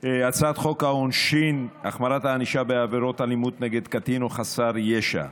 הצעת חוק העונשין (החמרת הענישה בעבירות אלימות נגד קטין או חסר ישע).